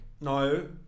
No